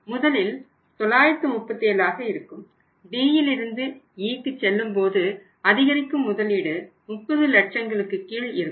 முதலில் 937 ஆக இருக்கும் Dயிலிருந்து Eக்கு செல்லும்போது அதிகரிக்கும் முதலீடு 30 லட்சங்களுக்கு கீழ் இருக்கும்